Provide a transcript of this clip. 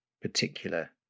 particular